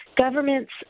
Governments